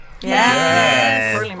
Yes